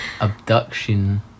Abduction